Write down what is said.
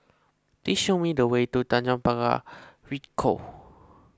please show me the way to Tanjong Pagar Ricoh